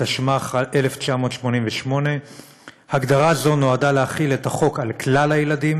התשמ"ח 1988. הגדרה זו נועדה להחיל את החוק על כלל הילדים,